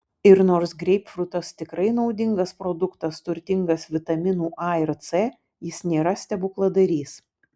ir nors greipfrutas tikrai naudingas produktas turtingas vitaminų a ir c jis nėra stebukladarys